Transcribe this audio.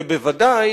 ובוודאי